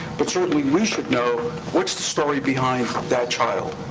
but certainly we should know, what's the story behind that child?